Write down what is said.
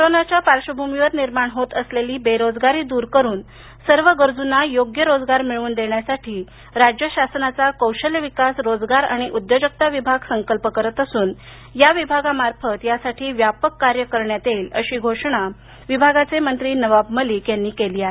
कोरोनाच्या पार्श्वभूमीवर निर्माण होत असलेली बेरोजगारी द्र करुन सर्व गरजूंना योग्य रोजगार मिळवून देण्यासाठी राज्य शासनाचा कौशल्य विकास रोजगार आणि उद्योजकता विभाग संकल्प करत असून विभागामार्फत यासाठी व्यापक कार्य करण्यात येईल अशी घोषणा विभागाचे मंत्री नवाब मलिक यांनी केली आहे